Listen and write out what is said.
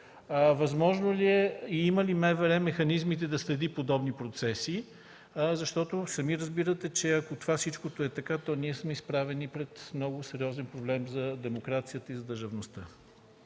в затвора? Има ли МВР механизмите да следи подобни процеси? Сами разбирате, че ако всичко това е така, то ние сме изправени пред много сериозен проблем за демокрацията и държавността.